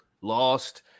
lost